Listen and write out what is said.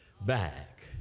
back